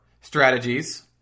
strategies